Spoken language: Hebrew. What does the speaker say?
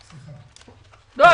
לא,